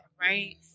right